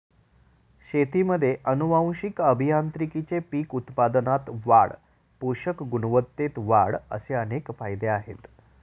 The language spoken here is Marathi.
शेतीमध्ये आनुवंशिक अभियांत्रिकीचे पीक उत्पादनात वाढ, पोषक गुणवत्तेत वाढ असे अनेक फायदे आहेत